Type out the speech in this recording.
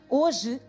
hoje